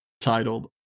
titled